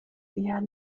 eher